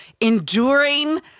enduring